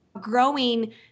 growing